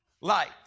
light